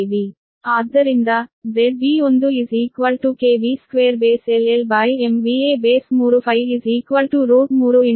ಆದ್ದರಿಂದ ZB1KVBLL2MVAB3∅ 312